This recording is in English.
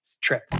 trip